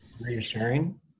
reassuring